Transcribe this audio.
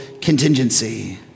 contingency